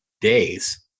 days